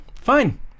fine